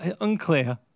Unclear